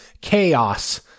chaos